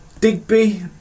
Digby